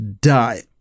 die